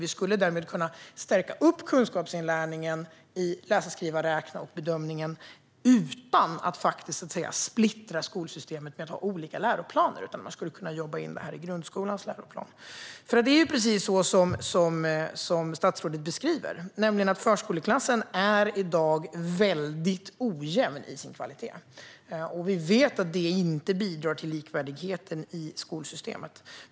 Vi skulle därmed kunna stärka kunskapsinlärningen, läsa-skriva-räkna och bedömningen utan att splittra skolsystemet med att ha olika läroplaner. Man skulle kunna jobba in detta i grundskolans läroplan. Det är ju precis så som statsrådet beskriver det: Förskoleklassen är i dag väldigt ojämn i sin kvalitet, och vi vet att det inte bidrar till likvärdigheten i skolsystemet.